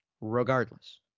regardless